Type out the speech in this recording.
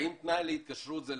האם תנאי להתקשרות זה,